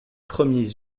premiers